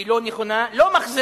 היא לא נכונה, לא מחזירים.